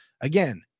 Again